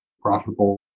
profitable